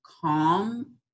calm